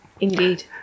Indeed